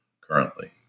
currently